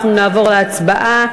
אנחנו נעבור להצבעה,